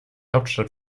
hauptstadt